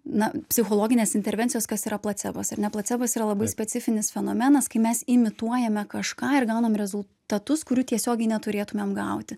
na psichologinės intervencijos kas yra placebas ar ne placebas yra labai specifinis fenomenas kai mes imituojame kažką ir gaunam rezultatus kurių tiesiogiai neturėtumėm gauti